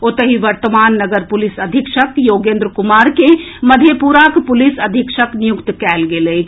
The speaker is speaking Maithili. ओतहि वर्तमान नगर पुलिस अधीक्षक योगेन्द्र कुमार के मधेपुराक पुलिस अधीक्षक नियुक्त कएल गेल अछि